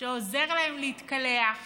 שעוזר להם להתקלח